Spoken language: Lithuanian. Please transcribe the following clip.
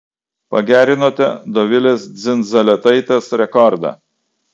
pagerinote dovilės dzindzaletaitės rekordą